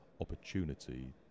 opportunity